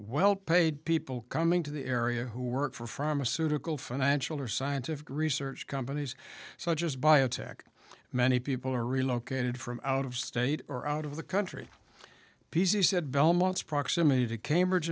well paid people coming to the area who work for pharmaceutical financial or scientific research companies such as biotech many people are relocated from out of state or out of the country p z said belmont's proximity to cambridge